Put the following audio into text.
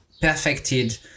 perfected